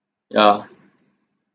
yeah